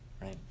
right